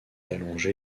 allongé